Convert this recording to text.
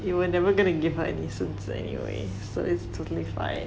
you will never gonna give her any 孙子 anyway so it's totally fine